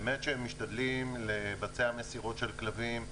באמת שמשתדלים לבצע מסירות של כלבים,